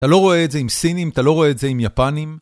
אתה לא רואה את זה עם סינים, אתה לא רואה את זה עם יפנים.